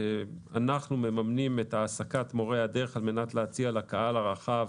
שאנחנו מממנים את העסקת מורי הדרך על מנת להציע לקהל הרחב